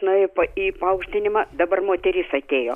nuėjo pa į paaukštinimą dabar moteris atėjo